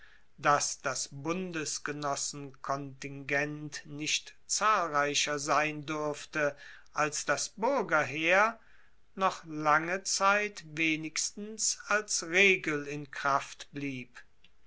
dass das bundesgenossenkontingent nicht zahlreicher sein duerfte als das buergerheer noch lange zeit wenigstens als regel in kraft blieb